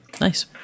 nice